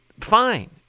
Fine